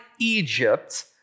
Egypt